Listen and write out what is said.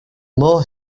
more